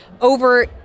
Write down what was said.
over